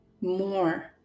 more